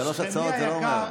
שלוש הצעות זה לא אומר.